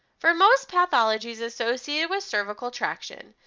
for most pathologies associated with cervical traction,